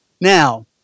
Now